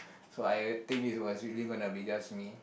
so I think it was really gonna be just me